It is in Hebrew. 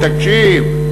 תקשיב,